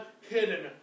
hidden